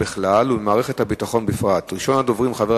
1 2. רשות המים פועלת